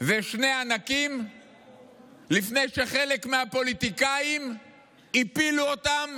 אלה שני ענקים לפני שחלק מהפוליטיקאים הפילו אותם